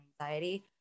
anxiety